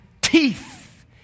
teeth